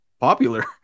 popular